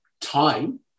time